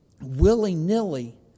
willy-nilly